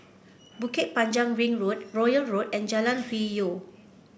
Bukit Panjang Ring Road Royal Road and Jalan Hwi Yoh